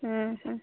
ହୁଁ ହୁଁ